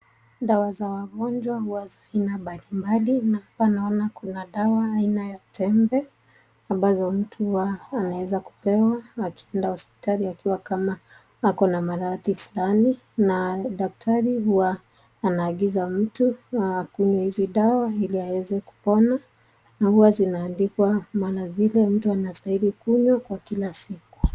Dawa za wagonjwa huwa za aina mbali mbali na hapa naona kuna dawa aina ya tembe ambazo mtu huwa anaweza kupewa akienda hospitali akiwa kama ako na maradhi fulani na daktari huwa ana agiza mtu akunywe hizi dawa ili aweze kupona na huwa zinaandikwa mara zile mtu anastahili kunywa kwa kila siku.